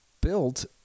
built